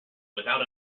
without